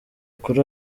kuri